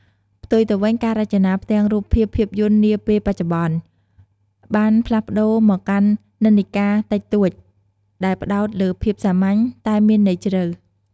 ផ្ទុយទៅវិញ ការរចនាផ្ទាំងរូបភាពភាពយន្តនាពេលបច្ចុប្បន្នបានផ្លាស់ប្ដូរមកកាន់និន្នាការតិចតួច ដែលផ្ដោតលើភាពសាមញ្ញ តែមានន័យជ្រៅ។